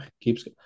keeps